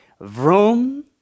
vroom